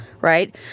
right